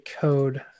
code